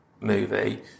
movie